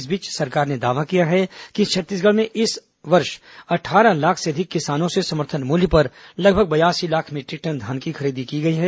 इस बीच सरकार ने दावा किया है कि छत्तीसगढ़ में इस साल अट्ठारह लाख से अधिक किसानों से समर्थन मूल्य पर लगभग बयासी लाख मीटरिक टन धान की खरीदी की गई है